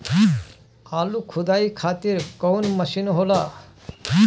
आलू खुदाई खातिर कवन मशीन होला?